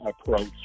approach